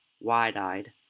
wide-eyed